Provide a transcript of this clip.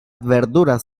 verduras